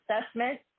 assessment